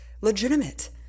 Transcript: legitimate